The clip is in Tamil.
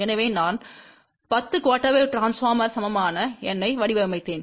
எனவே நான் 10 குஆர்டெர் வேவ் ட்ரான்ஸ்போர்மர்க்கு சமமான n ஐ வடிவமைத்தேன்